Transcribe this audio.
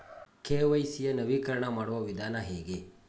KYC ಯ ನವೀಕರಣ ಮಾಡುವ ವಿಧಾನ ಹೇಗೆ?